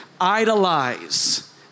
idolize